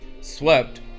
swept